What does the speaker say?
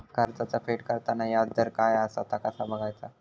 कर्जाचा फेड करताना याजदर काय असा ता कसा बगायचा?